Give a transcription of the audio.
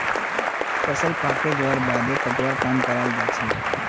फसल पाके जबार बादे कटवार काम कराल जाछेक